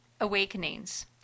awakenings